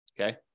Okay